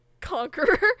Conqueror